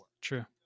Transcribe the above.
True